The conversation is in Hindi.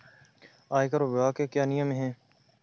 आयकर विभाग के क्या नियम हैं?